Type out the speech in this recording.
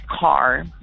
car